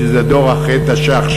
שזה הדור אחרי תש"ח,